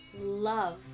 love